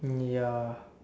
mm ya